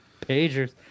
Pagers